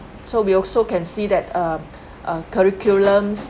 so we also can see that uh uh curriculums